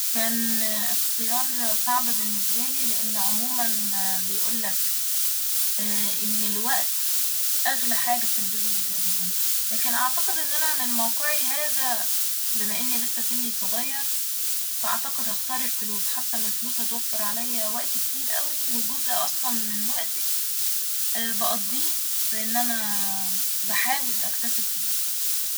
كان اختيار صعب باللنسبالي لان عموما بيقولك ان الوقت اغلى حاجة في الدنيا تقريبا لكن اعتقد ان انا من موقعي هذا بما اني لسه سني صغير فأعتقد هختار الفلوس حاسه ان الفلوس هتوفر عليا وقت كتير اوي وجزء اصلا من وقتي بقضيه ف ان انا بحاول اكتسب فلوس